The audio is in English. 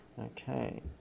Okay